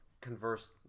converse